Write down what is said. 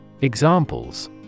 Examples